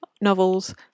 novels